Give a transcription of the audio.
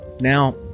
Now